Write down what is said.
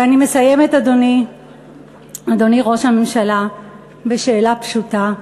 ואני מסיימת, אדוני ראש הממשלה, בשאלה פשוטה,